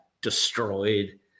destroyed